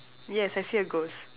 yes I see a ghost